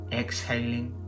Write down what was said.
exhaling